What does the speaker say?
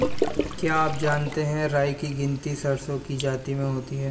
क्या आप जानते है राई की गिनती सरसों की जाति में होती है?